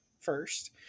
first